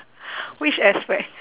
which aspect